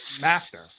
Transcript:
master